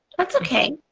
that's okay.